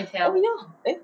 oh ya eh